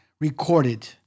recorded